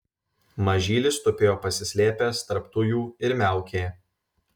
mažylis tupėjo pasislėpęs tarp tujų ir miaukė